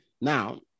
Now